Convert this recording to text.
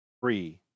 free